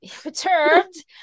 perturbed